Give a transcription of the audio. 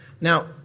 Now